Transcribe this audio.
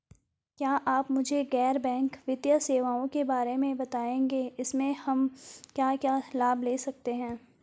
क्या आप मुझे गैर बैंक वित्तीय सेवाओं के बारे में बताएँगे इसमें हम क्या क्या लाभ ले सकते हैं?